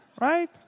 Right